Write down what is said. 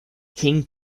king